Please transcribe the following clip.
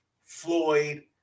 Floyd